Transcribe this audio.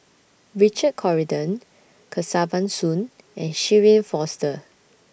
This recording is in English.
Richard Corridon Kesavan Soon and Shirin Fozdar